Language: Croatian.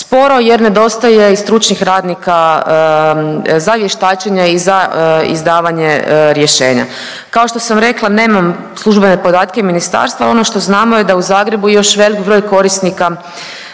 sporo jer nedostaje i stručnih radnika za vještačenje i za izdavanje rješenja. Kao što sam rekla nemam službene podatke ministarstva, al ono što znamo je da u Zagrebu još velik broj korisnika